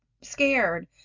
scared